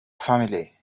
family